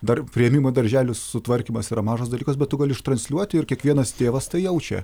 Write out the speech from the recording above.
dar priėmimo į darželius sutvarkymas yra mažas dalykas bet tu gali ištransliuoti ir kiekvienas tėvas tai jaučia